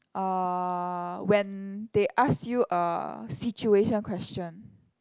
uh when they ask you a situation question